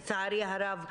לצערי הרב,